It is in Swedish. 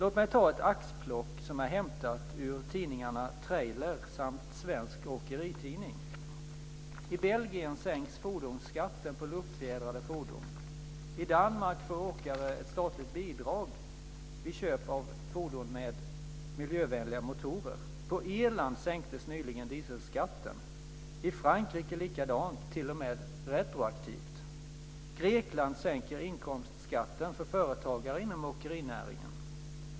Låt mig nämna ett axplock som är hämtat ur tidningarna Trailer samt Svensk Åkeritidning: I Belgien sänks fordonsskatten på luftfjädrade fordon. I Danmark får åkare ett statligt bidrag vid köp av fordon med miljövänliga motorer. På Irland sänktes nyligen dieselskatten. I Frankrike skedde detsamma, t.o.m. retroaktivt. Grekland sänker inkomstskatten för företagare inom åkerinäringen.